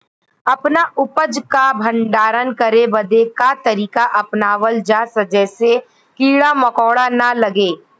अपना उपज क भंडारन करे बदे का तरीका अपनावल जा जेसे कीड़ा मकोड़ा न लगें?